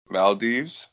Maldives